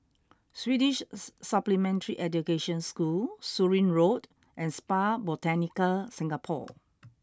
Swedish Supplementary Education School Surin Road and Spa Botanica Singapore